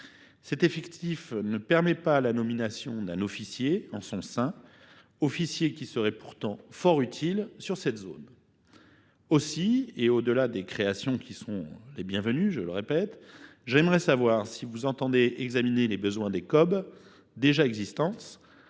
Cet effectif ne permet pas la nomination d’un officier en son sein, officier qui serait pourtant fort utile dans cette zone. Au delà des créations, qui sont bienvenues, j’aimerais savoir si vous entendez examiner les besoins des communautés